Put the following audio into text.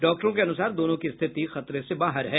डॉक्टरों के अनुसार दोनों की स्थिति खतरे से बाहर है